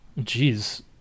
Jeez